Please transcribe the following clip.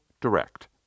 direct